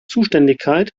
zuständigkeit